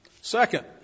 Second